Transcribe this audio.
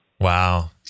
Wow